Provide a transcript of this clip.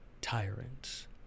tyrants